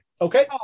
Okay